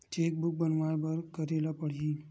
Cheque book बनवाय बर का करे ल पड़हि?